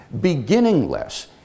beginningless